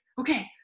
okay